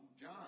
John